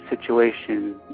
situation